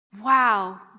Wow